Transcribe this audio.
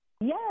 Yes